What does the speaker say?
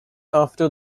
after